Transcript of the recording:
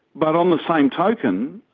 but on the same token,